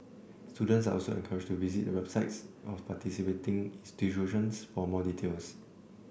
students are also encouraged to visit the websites of participating institutions for more details